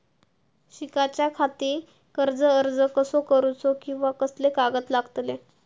शिकाच्याखाती कर्ज अर्ज कसो करुचो कीवा कसले कागद लागतले?